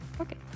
Okay